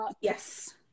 yes